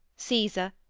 caesar,